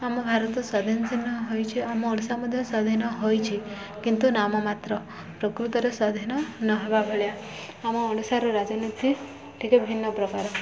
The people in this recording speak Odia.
ଆମ ଭାରତ ହୋଇଛି ଆମ ଓଡ଼ିଶା ମଧ୍ୟ ସ୍ୱାଧୀନ ହୋଇଛି କିନ୍ତୁ ନାମ ମାତ୍ର ପ୍ରକୃତରେ ସ୍ୱାଧୀନ ନ ହେବା ଭଳିଆ ଆମ ଓଡ଼ିଶାର ରାଜନୀତି ଟିକେ ଭିନ୍ନ ପ୍ରକାର